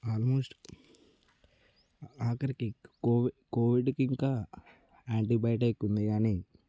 almost ఆఖరికి కోవి కోవిడ్కింకా యాంటీబయోటిక్ ఉంది గానీ